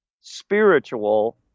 spiritual